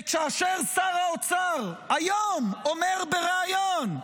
וכאשר שר האוצר אומר היום בריאיון: